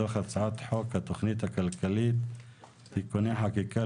מתוך הצעת חוק התוכנית הכלכלית (תיקוני חקיקה